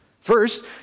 First